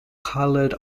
colored